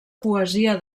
poesia